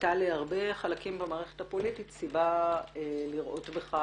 היתה להרבה חלקים במערכת הפוליטית סיבה לראות בך